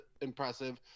impressive